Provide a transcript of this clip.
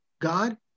God